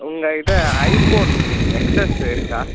உங்கள் கிட்ட iPhone X X இருக்கா